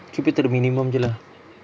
keep it to the minimum jer lah